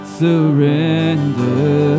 surrender